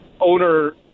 owner